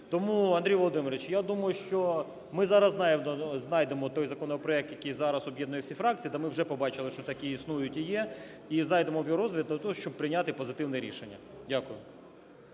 Тому, Андрій Володимирович, ми зараз знайдемо той законопроект, який зараз об'єднає всі фракції, да ми вже побачили, що такі існують і є. І зайдемо в їх розгляд для того, щоб прийняти позитивне рішення. Дякую.